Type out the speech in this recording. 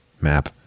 map